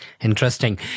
Interesting